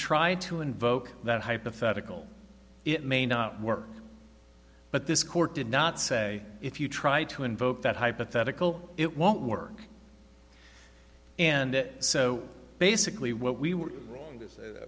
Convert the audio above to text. try to invoke that hypothetical it may not work but this court did not say if you try to invoke that hypothetical it won't work and so basically what we were